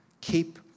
Keep